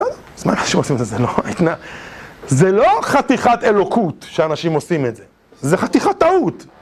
זה לא חתיכת אלוקות שאנשים עושים את זה, זה חתיכת טעות.